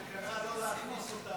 שקרא לא להכניס אותם,